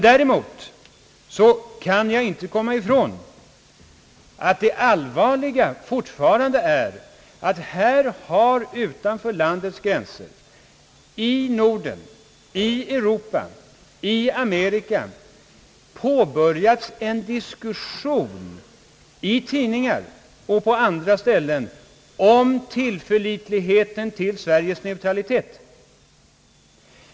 Däremot kan jag inte komma ifrån att det allvarliga fortfarande är att här har utanför landets gränser — i Norden, i Europa, i Amerika — påbörjats en diskussion i tidningar och på andra ställen om tillförlitligheten av Sveriges neutralitet.